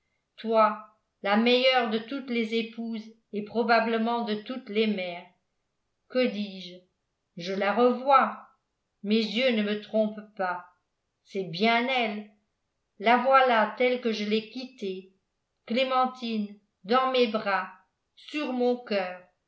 toi la meilleure de toutes les épouses et probablement de toutes les mères que dis-je je la revois mes yeux ne me trompent pas c'est bien elle la voilà telle que je l'ai quittée clémentine dans mes bras sur mon coeur